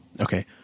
Okay